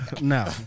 No